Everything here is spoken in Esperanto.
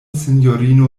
sinjorino